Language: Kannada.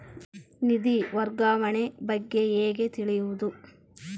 ನಿಧಿ ವರ್ಗಾವಣೆ ಬಗ್ಗೆ ಹೇಗೆ ತಿಳಿಯುವುದು?